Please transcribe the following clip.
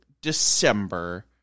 December